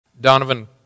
Donovan